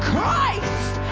Christ